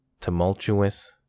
tumultuous